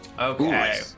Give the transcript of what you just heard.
Okay